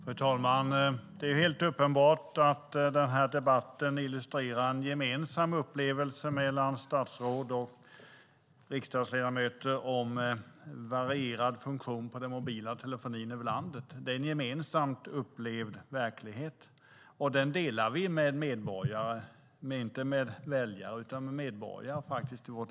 Fru talman! Det är uppenbart att den här debatten illustrerar en gemensam upplevelse mellan statsråd och riksdagsledamöter om varierande funktion hos den mobila telefonin över landet. Det är en gemensamt upplevd verklighet, och den delar vi med medborgare - inte med väljare utan med medborgare - varje dag.